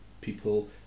people